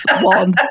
one